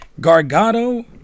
Gargano